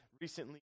recently